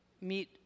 meet